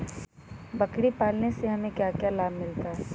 बकरी पालने से हमें क्या लाभ मिलता है?